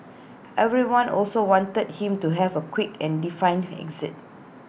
everyone also wanted him to have A quick and defined exit